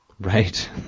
Right